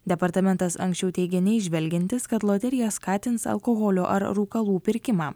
departamentas anksčiau teigė neįžvelgiantis kad loterija skatins alkoholio ar rūkalų pirkimą